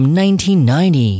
1990